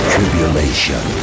Tribulation